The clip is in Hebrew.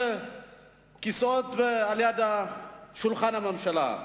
כיסאות ליד שולחן הממשלה.